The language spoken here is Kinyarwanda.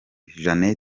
jeanne